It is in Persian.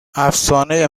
افسانه